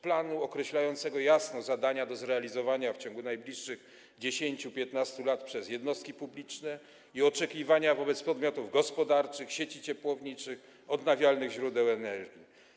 Planu określającego jasno zadania do zrealizowania w ciągu najbliższych 10–15 lat przez jednostki publiczne i oczekiwania wobec podmiotów gospodarczych, sieci ciepłowniczych, odnawialnych źródeł energii.